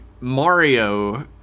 Mario